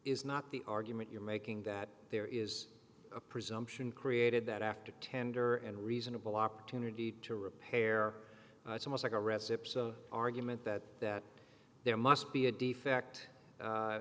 is not the argument you're making that there is a presumption created that after tender and reasonable opportunity to repair it's almost like a recip saw an argument that that there must be a defect